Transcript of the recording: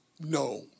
no